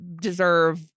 deserve